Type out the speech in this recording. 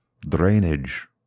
drainage